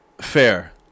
Fair